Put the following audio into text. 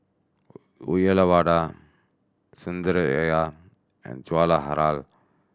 Uyyalawada Sundaraiah and Jawaharlal